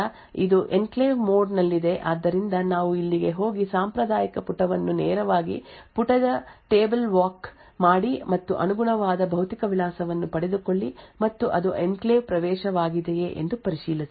ಆದ್ದರಿಂದ ಇದನ್ನು ಮತ್ತೆ ಅನುಸರಿಸುತ್ತದೆ ಎನ್ಕ್ಲೇವ್ ಪ್ರವೇಶವನ್ನು ಶೂನ್ಯಕ್ಕೆ ಹೊಂದಿಸುತ್ತದೆ ನಂತರ ಅದು ಎನ್ಕ್ಲೇವ್ ಮೋಡ್ ನಲ್ಲಿದೆ ಆದ್ದರಿಂದ ನಾವು ಇಲ್ಲಿಗೆ ಹೋಗಿ ಸಾಂಪ್ರದಾಯಿಕ ಪುಟವನ್ನು ನೇರವಾಗಿ ಪುಟದ ಟೇಬಲ್ ವಾಕ್ ಮಾಡಿ ಮತ್ತು ಅನುಗುಣವಾದ ಭೌತಿಕ ವಿಳಾಸವನ್ನು ಪಡೆದುಕೊಳ್ಳಿ ಮತ್ತು ಅದು ಎನ್ಕ್ಲೇವ್ ಪ್ರವೇಶವಾಗಿದೆಯೇ ಎಂದು ಪರಿಶೀಲಿಸಿ